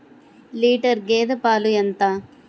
Litre గేదె పాలు ఎంత?